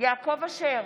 יעקב אשר,